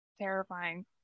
terrifying